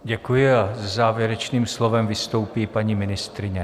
Děkuji a se závěrečným slovem vystoupí paní ministryně.